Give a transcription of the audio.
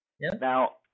Now